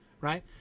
right